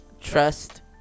trust